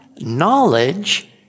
knowledge